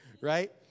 Right